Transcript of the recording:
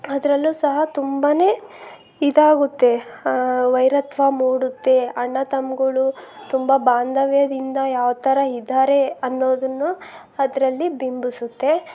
ಅದರಲ್ಲೂ ಸಹ ತುಂಬ ಇದಾಗುತ್ತೆ ವೈರತ್ವ ಮೂಡುತ್ತೆ ಅಣ್ಣತಮ್ಗಳು ತುಂಬ ಬಾಂಧವ್ಯದಿಂದ ಯಾವ ಥರ ಇದ್ದಾರೆ ಅನ್ನೋದನ್ನೂ ಅದ್ರಲ್ಲಿ ಬಿಂಬಿಸುತ್ತೆ